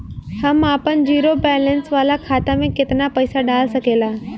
हम आपन zero balance वाला खाता मे केतना पईसा डाल सकेला?